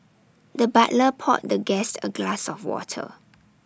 the butler poured the guest A glass of water